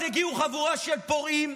ואז הגיעה חבורה של פורעים,